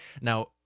now